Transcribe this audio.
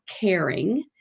Caring